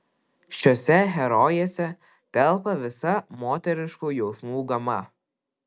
šiose herojėse telpa visa moteriškų jausmų gama